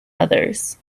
others